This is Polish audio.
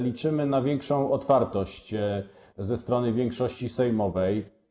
Liczymy na większą otwartość ze strony większości sejmowej.